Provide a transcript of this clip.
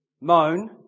moan